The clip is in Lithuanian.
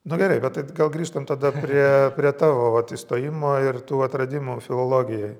nu gerai bet tet gal grįžtam tada prie prie tavo vat įstojimo ir tų atradimų filologijoj